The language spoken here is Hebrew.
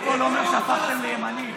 איפה הימים שהיית בימין?